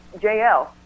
jl